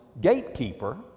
gatekeeper